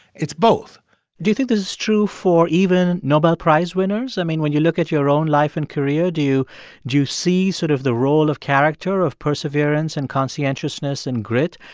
it's both do you think this is true for even nobel prize winners? i mean, when you look at your own life and career, do do you see sort of the role of character, of perseverance and conscientiousness and grit,